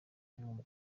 muganga